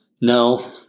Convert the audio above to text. No